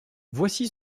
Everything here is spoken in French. voici